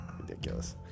ridiculous